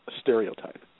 stereotype